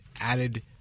added